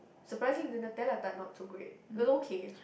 surprisingly the Nutella tart was not so great it was okay